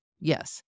Yes